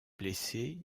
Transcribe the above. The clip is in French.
blessé